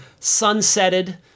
sunsetted